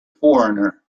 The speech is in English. foreigner